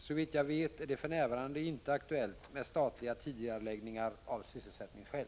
Såvitt jag vet är det för närvarande inte aktuellt med statliga tidigareläggningar av sysselsättningsskäl.